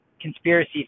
conspiracy